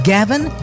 Gavin